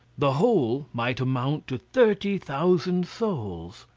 the whole might amount to thirty thousand souls.